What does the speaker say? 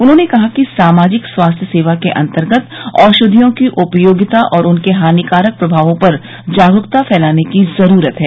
उन्होंने कहा कि सामाजिक स्वास्थ्य सेवा के अंतर्गत औषधियों की उपयोगिता और उनके हानिकारक प्रभावों पर जागरूकता फैलाने की जरूरत है